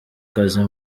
kazi